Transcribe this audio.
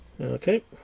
okay